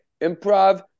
Improv